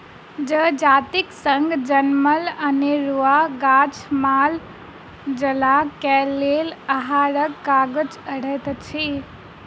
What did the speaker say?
जजातिक संग जनमल अनेरूआ गाछ माल जालक लेल आहारक काज करैत अछि